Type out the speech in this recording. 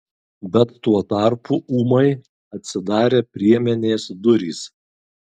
bet tuo tarpu ūmai atsidarė priemenės durys